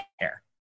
care